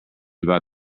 about